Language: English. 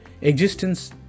Existence